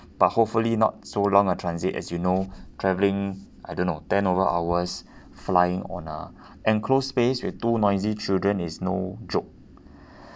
but hopefully not so long a transit as you know travelling I don't know ten over hours flying on a enclosed space with two noisy children is no joke